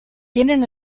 tienen